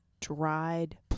dried